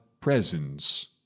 presence